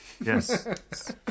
Yes